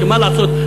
שמה לעשות,